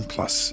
Plus